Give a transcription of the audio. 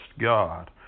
God